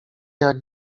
jak